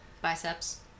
Biceps